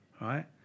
right